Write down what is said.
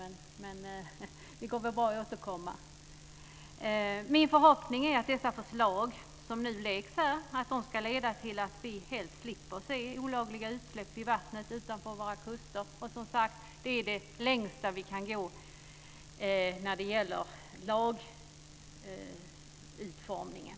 Men det går väl bra att återkomma. Min förhoppning är att de förslag som läggs fram här nu ska leda till att vi helst slipper se olagliga utsläpp i vattnet utanför våra kuster. Det är som sagt det längsta vi kan gå när det gäller lagutformningen.